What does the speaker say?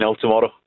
tomorrow